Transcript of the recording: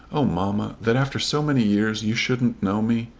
oh, mamma, that after so many years you shouldn't know me!